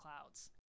clouds